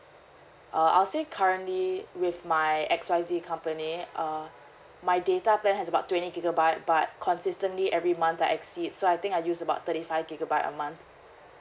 uh I'll say currently with my X Y Z company uh my data plan has about twenty gigabyte but consistently every month that exceed so I think I use about thirty five gigabyte a month